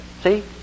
See